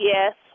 Yes